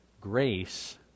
Grace